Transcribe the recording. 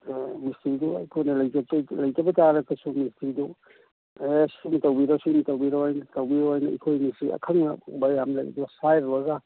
ꯃꯤꯁꯇ꯭ꯔꯤꯗꯣ ꯑꯩꯈꯣꯏꯅ ꯂꯩꯇꯕ ꯇꯥꯔꯒꯁꯨ ꯃꯤꯁꯇ꯭ꯔꯤꯗꯨ ꯑꯦ ꯁꯤꯝ ꯇꯧꯕꯤꯔꯣ ꯁꯤꯝ ꯇꯧꯕꯤꯔꯣ ꯍꯥꯏꯅ ꯇꯧꯕꯤꯌꯣ ꯍꯥꯏꯅ ꯑꯩꯈꯣꯏ ꯃꯤꯁꯇ꯭ꯔꯤ ꯑꯈꯪꯕꯕ ꯌꯥꯝ ꯂꯩ ꯑꯁ ꯍꯥꯏꯔꯨꯔꯒ